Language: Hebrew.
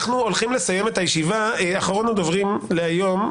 אחרון הדוברים להיום,